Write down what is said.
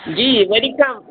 जी वरी चओ